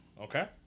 okay